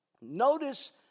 Notice